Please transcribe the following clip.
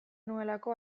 nuelako